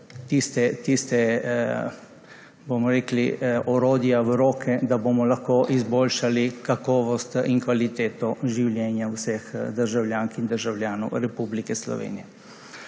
tista orodja v rokah, da bomo lahko izboljšali kakovost in kvaliteto življenja vseh državljank in državljanov Republike Slovenije.